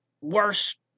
worse